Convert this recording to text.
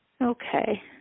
Okay